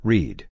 Read